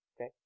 okay